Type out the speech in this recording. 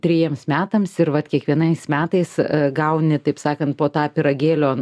trejiems metams ir vat kiekvienais metais gauni taip sakant po tą pyragėlio